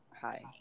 Hi